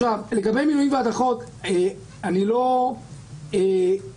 אלא מבחינים בין החלטות של מליאת הממשלה לבין החלטות של